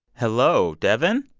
hello, devin?